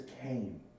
came